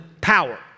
power